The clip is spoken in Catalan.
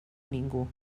ningú